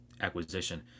acquisition